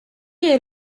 est